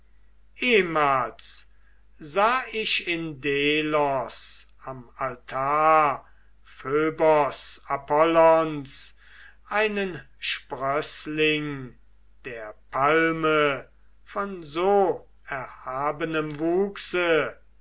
ehmals sah ich in delos am altar phöbos apollons einen sprößling der palme von so erhabenem wuchse